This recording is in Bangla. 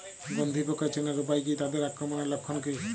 গন্ধি পোকা চেনার উপায় কী তাদের আক্রমণের লক্ষণ কী?